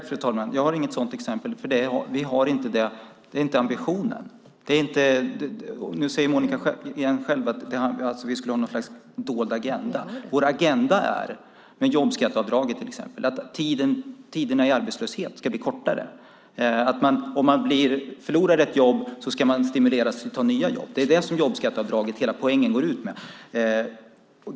Fru talman! Nej, jag har inget sådant exempel. Vi har inte den ambitionen. Nu säger Monica Green att vi skulle ha något slags dold agenda. Vår agenda med jobbskatteavdraget till exempel är att tiderna i arbetslöshet ska bli kortare. Om man förlorar ett jobb ska man stimuleras till att ta nya jobb. Det är det som är hela poängen med jobbskatteavdraget.